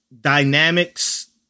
Dynamics